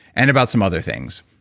and about some other things.